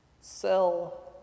sell